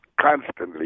constantly